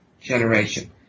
generation